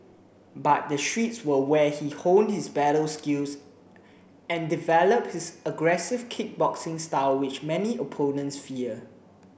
but the streets were where he honed his battle skills and developed his aggressive kickboxing style which many opponents fear